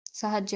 ସାହାଯ୍ୟ